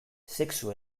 sexu